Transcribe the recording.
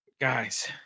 guys